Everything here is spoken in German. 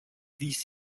wies